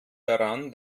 daran